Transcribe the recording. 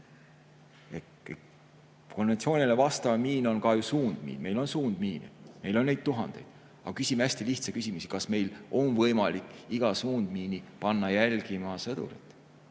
Konventsioonile vastav miin on ka suundmiin. Meil on suundmiine, meil on neid tuhandeid. Aga küsime hästi lihtsa küsimuse: kas meil on võimalik sõdurit iga suundmiini jälgima panna?